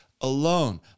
alone